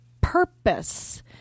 purpose